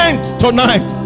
tonight